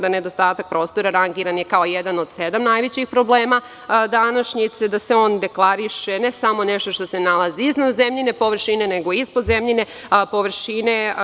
Nedostatak prostora je rangiran kao jedan od sedam najvećih problema današnjice, on se deklariše ne samo nešto što se nalazi iznad zemljine površine, nego ispod zemljine površine.